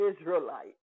israelite